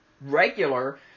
regular